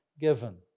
given